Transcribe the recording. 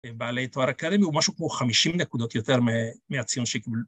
בעלי תואר אקדמי הוא משהו כמו חמישים נקודות יותר מהציון שקבלו.